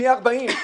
פי ארבעים,